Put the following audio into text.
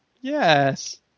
yes